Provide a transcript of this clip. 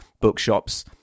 bookshops